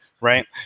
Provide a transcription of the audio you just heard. Right